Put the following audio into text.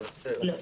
לא.